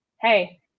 hey